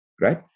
Right